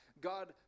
God